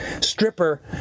stripper